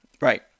Right